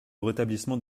rétablissement